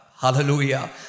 Hallelujah